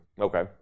Okay